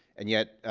and yet,